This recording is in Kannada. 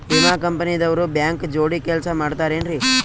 ವಿಮಾ ಕಂಪನಿ ದವ್ರು ಬ್ಯಾಂಕ ಜೋಡಿ ಕೆಲ್ಸ ಮಾಡತಾರೆನ್ರಿ?